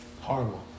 Horrible